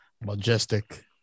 Majestic